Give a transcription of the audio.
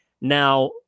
Now